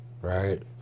right